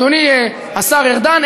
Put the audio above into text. אדוני השר ארדן,